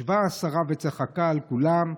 ישבה אז השרה וצחקה על כולם: